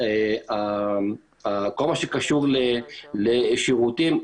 כל מה שקשור לשירותים,